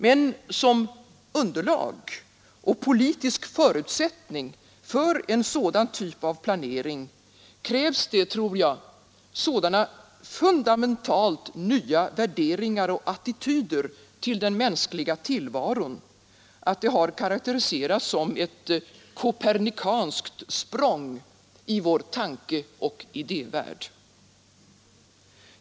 Men som underlag och politisk förutsättning för en sådan typ av planering krävs det, tror jag, sådana fundamentalt nya värderingar och attityder till den mänskliga tillvaron att det har karakteriserats som ett kopernikanskt språng i vår tankeoch idévärld.